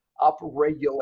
upregulate